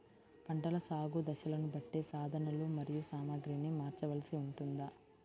పంటల సాగు దశలను బట్టి సాధనలు మరియు సామాగ్రిని మార్చవలసి ఉంటుందా?